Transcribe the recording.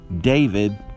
David